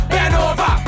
Benova